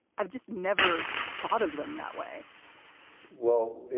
i've just never thought of them that way well,